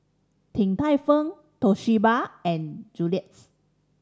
Din Tai Fung Toshiba and Julie's